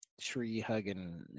tree-hugging